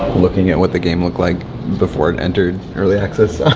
looking at what the game looked like before it entered early access